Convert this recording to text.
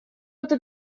это